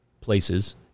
places